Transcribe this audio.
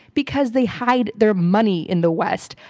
because they hide their money in the west.